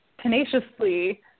tenaciously